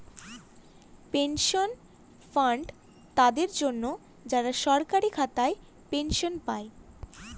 pension fund তাদের জন্য, যারা সরকারি খাতায় পেনশন পায়